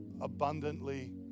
abundantly